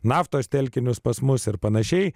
naftos telkinius pas mus ir panašiai